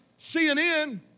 CNN